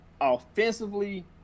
offensively